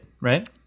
right